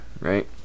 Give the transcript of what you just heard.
Right